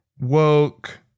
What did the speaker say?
woke